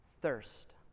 thirst